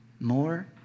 more